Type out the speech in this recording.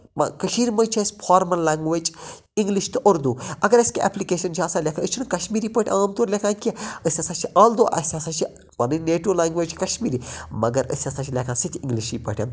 کشیٖرِ مَنٛز چھِ اَسہِ فارمَل لینگویٚج اِنگلِش تہِ اردوٗ اَگر اَسہِ کیٚنٛہہ ایپلِکیٚشَن چھِ آسان لٮ۪کھٕنۍ أسۍ چھِنہٕ کشمیٖری پٲٹھۍ عام طور لٮ۪کھان کیٚنٛہہ أسۍ ہَسا چھِ آلدو اَسہِ ہَسا چھِ پَنٕنۍ نیٹِو لینگویٚج کَشمیٖری مگر أسۍ ہَسا چھِ لیکھان سُہ تہِ اِنگلِشی پٲٹھۍ